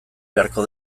beharko